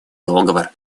договор